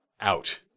out